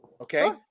Okay